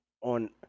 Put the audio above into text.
on